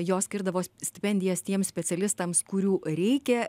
jos skirdavo stipendijas tiems specialistams kurių reikia